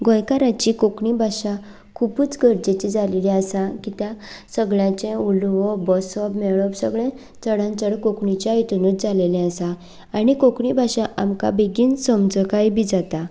गोंयकाराची कोंकणी भाशा खुबूच गरजेची जालेली आसा किद्या सगल्यांचें उलोवप बसप मेळप सगळें चडांत चड कोंकणीच्या हितूनच जालेलें आसा आनी कोंकणी भाशा आमकां बेगीन समजकाय बीन जाता